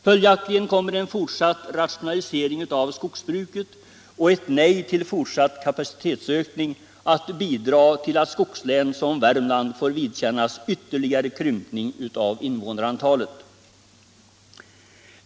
Följaktligen kommer en fortsatt rationalisering av skogsbruket och ett nej till fortsatt kapacitetsökning att bidra till att skogslän som Värmland får vidkännas ytterligare krympning av invånarantalet.